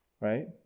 right